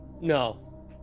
No